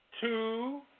two